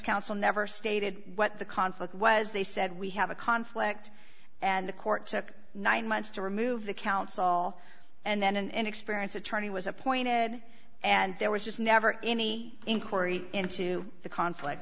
counsel never stated what the conflict was they said we have a conflict and the court took nine months to remove the counsel and then an inexperienced attorney was appointed and there was just never any inquiry into the conflict